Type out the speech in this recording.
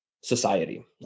society